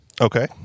okay